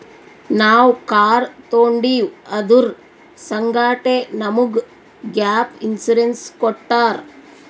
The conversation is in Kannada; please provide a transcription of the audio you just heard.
ನಾವ್ ಕಾರ್ ತೊಂಡಿವ್ ಅದುರ್ ಸಂಗಾಟೆ ನಮುಗ್ ಗ್ಯಾಪ್ ಇನ್ಸೂರೆನ್ಸ್ ಕೊಟ್ಟಾರ್